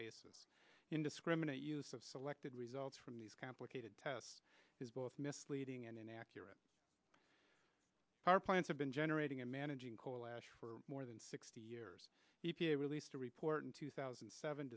c indiscriminate use of selected results from these complicated tests is both misleading and inaccurate powerplants have been generating and managing coal ash for more than sixty years e p a released a report in two thousand and seven